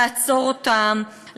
לעצור אותם,